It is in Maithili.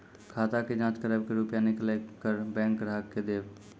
खाता के जाँच करेब के रुपिया निकैलक करऽ बैंक ग्राहक के देब?